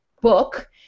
book